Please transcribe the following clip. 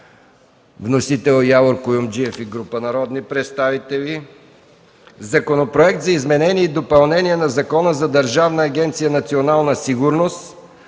Вносители – Явор Куюмджиев и група народни представители; - Законопроект за изменение и допълнение на Закона за Държавна агенция „Национална сигурност”.